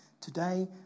Today